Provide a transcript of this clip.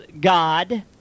god